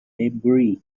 maybury